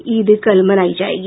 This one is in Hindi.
ईद कल मनायी जायेगी